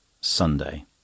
Sunday